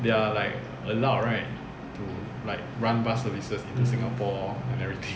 they are like allowed right r~ like run bus services in singapore and everything